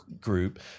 Group